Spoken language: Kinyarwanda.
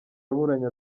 yaburanye